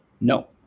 No